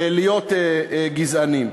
להיות גזענים.